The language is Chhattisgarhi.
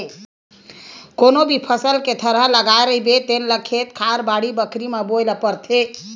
कोनो भी फसल के थरहा लगाए रहिबे तेन ल खेत खार, बाड़ी बखरी म बोए ल परथे